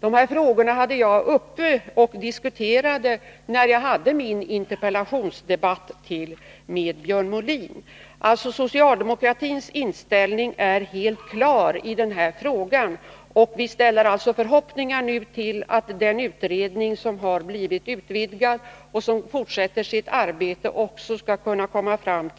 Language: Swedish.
Dessa frågor var uppe till diskussion i min interpellationsdebatt med Björn Molin. Socialdemokratins inställning i denna fråga är alltså helt klar. Vi ställer nu förhoppningar till att den utredning som har blivit utvidgad och som fortsätter sitt arbete också skall kunna lägga fram